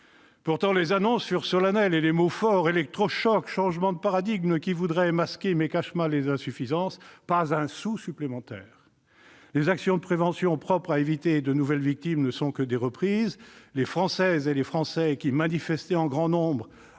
Pourtant, les annonces furent solennelles et les mots forts. Les termes « électrochoc »,« changement de paradigme » cherchent à masquer, mais cachent mal les insuffisances. Il n'y a pas un sou supplémentaire. Les actions de prévention propres à éviter de nouvelles victimes ne sont que des reprises. Les Françaises et les Français qui manifestaient en grand nombre